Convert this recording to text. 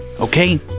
Okay